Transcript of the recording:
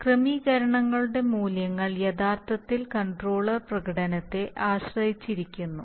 ക്രമീകരണങ്ങളുടെ മൂല്യങ്ങൾ യഥാർത്ഥത്തിൽ കൺട്രോളർ പ്രകടനത്തെ ആശ്രയിച്ചിരിക്കുന്നു